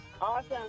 Awesome